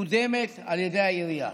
מקודמת על ידי העירייה.